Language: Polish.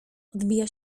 odbija